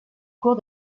cour